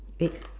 big